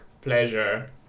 pleasure